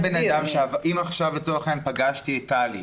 אם עכשיו לצורך העניין פגשתי את טלי,